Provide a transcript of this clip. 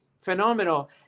phenomenal